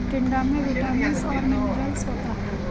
टिंडा में विटामिन्स और मिनरल्स होता है